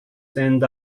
send